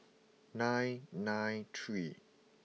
nine nine three